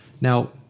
Now